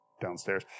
downstairs